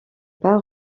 pas